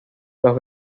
los